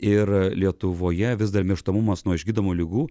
ir lietuvoje vis dar mirštamumas nuo išgydomų ligų